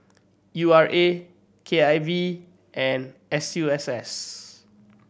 U R A K I V and S U S S